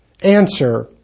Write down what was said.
Answer